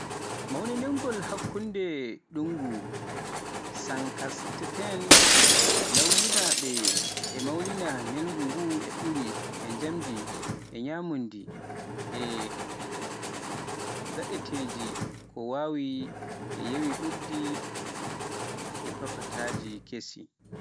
Mawningol hakkunde ndunngu (Sankthansaften). Norweesnaaɓe e mawnina ñalngu nguu e ɓuuɓri, e jimɗi, e ñaamduuji gaadanteeji ko wayi no ƴiye ɓuuɓɗe e patataaji kesi.